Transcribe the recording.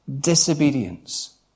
disobedience